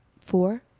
four